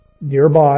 nearby